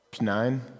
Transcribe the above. Nine